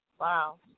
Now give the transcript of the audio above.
Wow